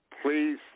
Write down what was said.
Please